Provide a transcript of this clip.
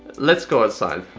let's go outside.